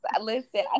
Listen